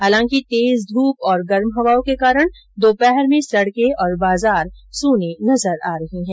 हालांकि तेज धप और गर्म हवाओं के कारण दोपहर में सडकें और बाजार सुने नजर आने लगे हैं